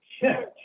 church